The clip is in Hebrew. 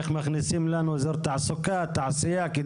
איך מכניסים לנו אזור תעשייה ותעסוקה?